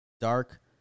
dark